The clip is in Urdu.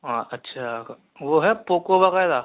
اچھا وہ ہے پوکو وغیرہ